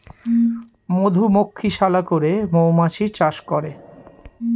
মধুমক্ষিশালা করে মৌমাছি চাষ করে